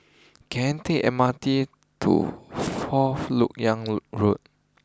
can I take the M R T to fourth Lok Yang Road